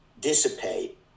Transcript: dissipate